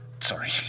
sorry